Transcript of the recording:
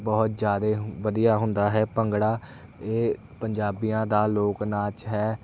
ਬਹੁਤ ਜ਼ਿਆਦੇ ਹੁੰ ਵਧੀਆ ਹੁੰਦਾ ਹੈ ਭੰਗੜਾ ਇਹ ਪੰਜਾਬੀਆਂ ਦਾ ਲੋਕ ਨਾਚ ਹੈ